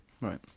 Right